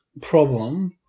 problem